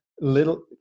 little